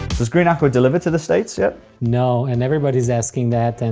does green aqua deliver to the states yet? no and everybody's asking that. and